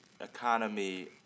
economy